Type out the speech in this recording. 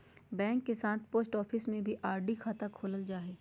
bank के साथ post office में भी आर.डी खाता खोलल जा हइ